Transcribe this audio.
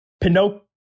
Pinocchio